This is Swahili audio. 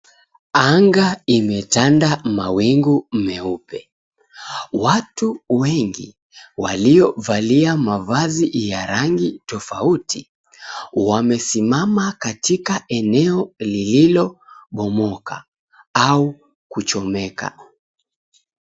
Anga imetanda mawingu meupe. Watu wengi waliovalia mavazi ya rangi tofauti wamesimama katika eneo lililobomoka au kuchomeka.